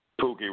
Pookie